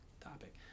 topic